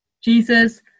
Jesus